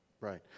right